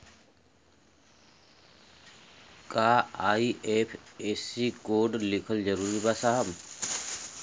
का IFSC code लिखल जरूरी बा साहब?